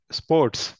sports